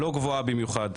לא גבוהה במיוחד.